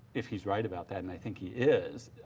if he's right about that and i think he is,